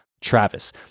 Travis